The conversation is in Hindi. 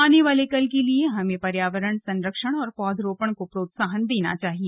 आने वाले कल के लिए हमें पर्यावरण संरक्षण और पौधरोपण को प्रोत्साहन देना चाहिए